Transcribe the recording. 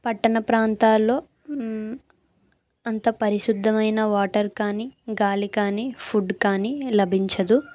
పట్టణ ప్రాంతాల్లో అంత పరిశుద్ధమైన వాటర్ కానీ గాలి కానీ ఫుడ్ కానీ లభించదు